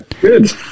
good